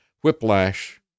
whiplash